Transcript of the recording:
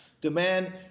demand